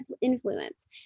influence